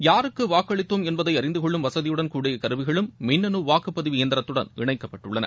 யாருக்கு வாக்களித்தோம் என்பதை அறிந்து கொள்ளும் வசதியுடன் கூடிய கருவிகளும் மின்னனு வாக்குப்பதிவு இயந்திரத்துடன் இணைக்கப்பட்டுள்ளன